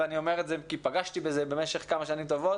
ואני אומר את זה כי פגשתי בזה במשך כמה שנים טובות